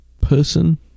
person